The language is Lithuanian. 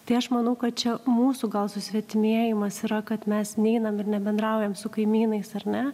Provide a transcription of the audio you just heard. tai aš manau kad čia mūsų gal susvetimėjimas yra kad mes neinam ir nebendraujam su kaimynais ar ne